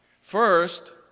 first